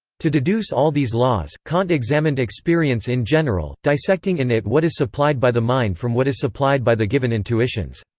to deduce all these laws, kant examined experience in general, dissecting in it what is supplied by the mind from what is supplied by the given intuitions.